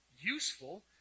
useful